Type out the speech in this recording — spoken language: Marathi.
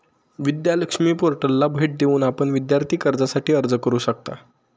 विद्या लक्ष्मी पोर्टलला भेट देऊन आपण विद्यार्थी कर्जासाठी अर्ज करू शकता